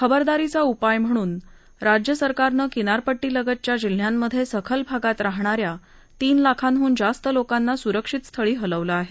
खबरदारीचा उपाय म्हणून राज्य सरकारनं किनारपट्टीलगतच्या जिल्ह्यांमध्ये सखल भागात राहणाऱ्या तीन लाखांडून जास्त लोकांना सुरक्षित ठिकाणी हलवलं आहे